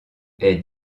est